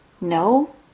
No